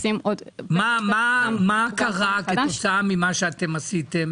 מה קרה כתוצאה ממה שעשיתם?